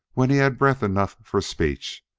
when he had breath enough for speech,